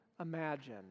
imagine